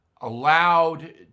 allowed